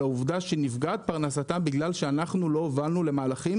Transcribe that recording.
העובדה שנפגעת פרנסתם בגלל שאנחנו לא הובלנו מהלכים